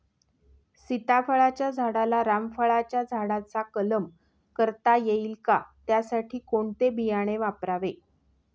सीताफळाच्या झाडाला रामफळाच्या झाडाचा कलम करता येईल का, त्यासाठी कोणते बियाणे वापरावे?